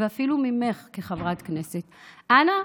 ואפילו ממך כחברת כנסת: אנא,